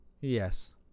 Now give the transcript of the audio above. Yes